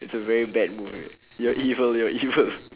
it's a very bad move right you're evil you're evil